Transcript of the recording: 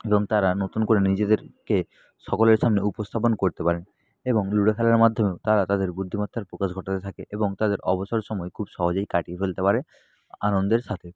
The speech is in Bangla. এবং তারা নতুন করে নিজেদেরকে সকলের সামনে উপস্থাপন করতে পারেন এবং লুডো খেলার মাধ্যমেও তারা তাদের বুদ্ধিমত্তার প্রকাশ ঘটাতে থাকে এবং তাদের অবসর সময় খুব সহজেই কাটিয়ে ফেলতে পারে আনন্দের সাথে